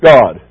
God